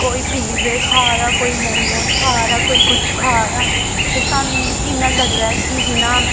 कोई पीजे खा दा कोई मोमोस खा दा कोई कुछ खा दा ते सान मिगी इ'यां लग्गदा ऐ कि जि'यां